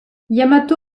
yamato